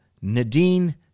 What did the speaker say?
Nadine